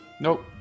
Nope